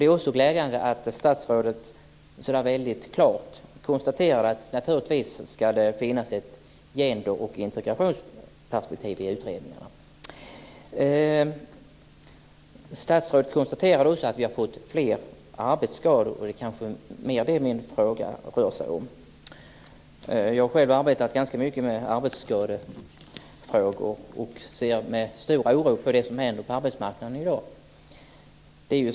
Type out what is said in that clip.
Det är också glädjande att statsrådet klart konstaterade att det naturligtvis ska finnas ett gender och integrationsperspektiv i utredningarna. Statsrådet konstaterade också att det har blivit fler arbetsskador. Min fråga rör sig om det. Jag har själv arbetat mycket med arbetsskadefrågor, och jag ser med stor oro på det som händer på arbetsmarknaden i dag.